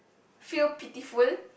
feel pitiful